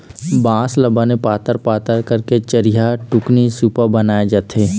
बांस ल बने पातर पातर करके चरिहा, टुकनी, सुपा बनाए जाथे